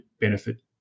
benefit